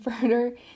further